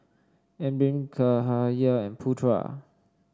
Amrin Cahaya and Putra